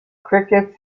crickets